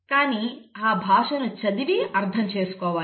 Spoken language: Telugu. కానీ ఆ భాషను చదివి అర్థం చేసుకోవాలి